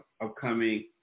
upcoming